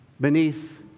beneath